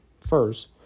first